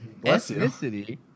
Ethnicity